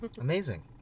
Amazing